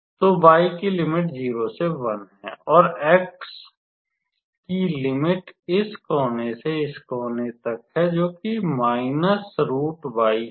तो y की limit 0 से 1 है और x की लिमिट इस कोने से इस कोने तक है जोकि से है